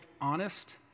honest